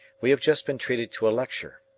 we have just been treated to a lecture,